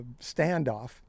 standoff